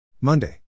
Monday